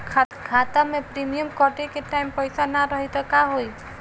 खाता मे प्रीमियम कटे के टाइम पैसा ना रही त का होई?